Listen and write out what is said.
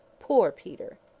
poor peter!